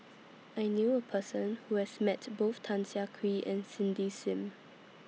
I knew A Person Who has Met Both Tan Siah Kwee and Cindy SIM